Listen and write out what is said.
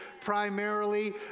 primarily